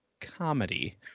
comedy